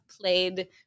played